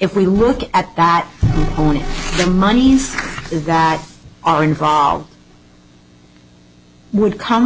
if we look at that point the monies that are involved would come